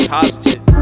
positive